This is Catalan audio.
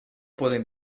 poden